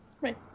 Right